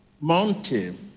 mountain